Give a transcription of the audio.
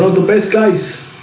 the best guys